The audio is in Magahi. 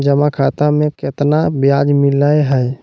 जमा खाता में केतना ब्याज मिलई हई?